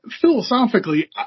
Philosophically